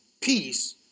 peace